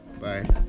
Bye